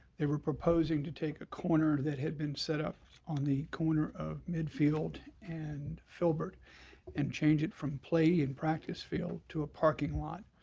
they were proposing to take a corner that had been set up on the corner of midfield and filbert and change it from play and practice field to a parking lot,